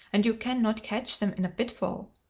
and you can not catch them in a pitfall.